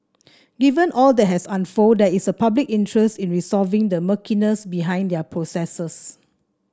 given all that has unfolded there is public interest in resolving the murkiness behind their processes